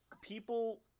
people